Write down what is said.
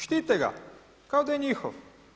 Štite ga kao da je njihov.